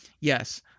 yes